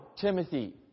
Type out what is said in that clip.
Timothy